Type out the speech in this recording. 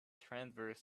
transverse